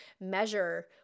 measure